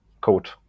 code